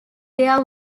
there